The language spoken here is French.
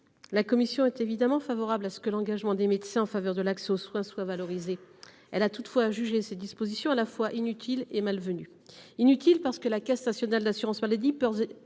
La commission est évidemment favorable à ce que l'engagement des médecins en faveur de l'accès aux soins soit valorisé. Elle a toutefois jugé ces dispositions à la fois inutiles et malvenues. Inutiles, tout d'abord, parce que la Caisse nationale de l'assurance maladie peut